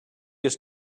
it’s